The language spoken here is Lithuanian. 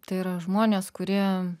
tai yra žmonės kurie